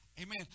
Amen